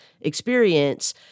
experience